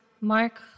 mark